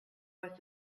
was